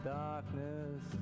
darkness